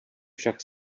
však